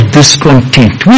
discontent